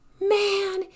man